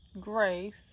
grace